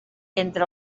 entre